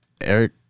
Eric